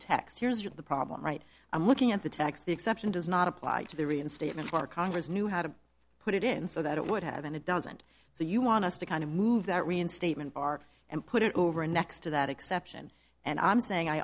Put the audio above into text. text here's the problem right i'm looking at the text the exception does not apply to the reinstatement of our congress knew how to put it in so that it would have and it doesn't so you want us to kind of move that reinstatement bar and put it over in next to that exception and i'm saying i